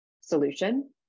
solution